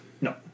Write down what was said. No